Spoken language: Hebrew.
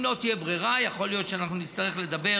אם לא תהיה ברירה, יכול להיות שאנחנו נצטרך לדבר